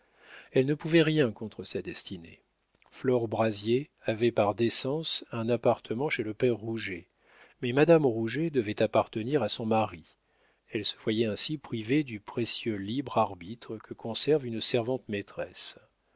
elle ne pouvait rien contre sa destinée flore brazier avait par décence un appartement chez le père rouget mais madame rouget devait appartenir à son mari elle se voyait ainsi privée du précieux libre arbitre que conserve une servante maîtresse